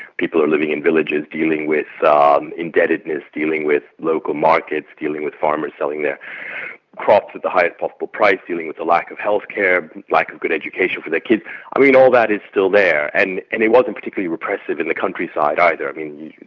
people are living in villages dealing with um indebtedness, dealing with local markets, dealing with farmers selling their crops at the highest possible price, dealing with the lack of health care, lack of good education for their kids i mean, all that is still there. and and it wasn't particularly repressive in the countryside either. i mean,